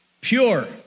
pure